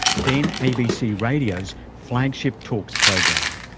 then abc radio's flagship talks program.